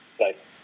Nice